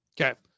Okay